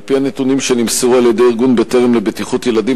על-פי נתונים שנמסרו על-ידי ארגון "בטרם" לבטיחות ילדים,